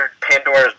Pandora's